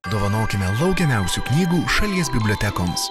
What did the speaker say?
dovanokime laukiamiausių knygų šalies bibliotekoms